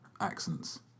accents